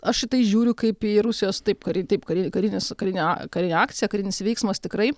aš į tai žiūriu kaip į rusijos taip kuri taip kari karinė akcija karinis veiksmas tikrai